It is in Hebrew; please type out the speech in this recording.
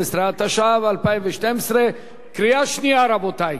12), התשע"ב 2012, קריאה שנייה, רבותי.